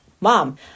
mom